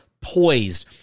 poised